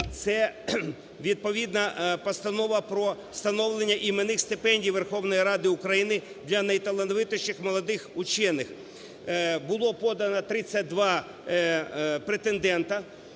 Це відповідна постанова про встановлення іменних стипендій Верховної Ради для найталановитіших молодих учених. Було подано 32 претендента,